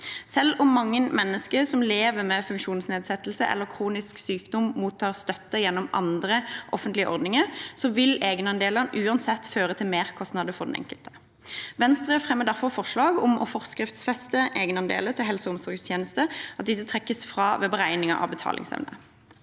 Selv om mange mennesker som lever med funksjonsnedsettelse eller kronisk sykdom mottar støtte gjennom andre offentlige ordninger, vil egenandelene uansett føre til merkostnader for den enkelte. Venstre fremmer derfor forslag om å forskriftsfeste at egenandeler til helse- og omsorgstjenester trekkes fra ved beregningen av betalingsevne.